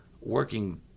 working